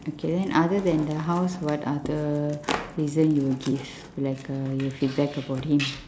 okay then other than the house what other reason you will give like uh you'll feedback about him